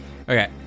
Okay